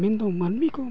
ᱢᱮᱱᱫᱚ ᱢᱟᱱᱢᱤᱠᱚ